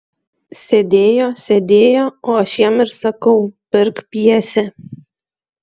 sėdėjo sėdėjo o aš jam ir sakau pirk pjesę